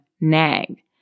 nag